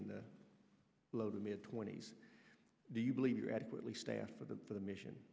in the low to mid twenty's do you believe you are adequately staffed for the for the mission